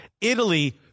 Italy